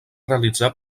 realitzar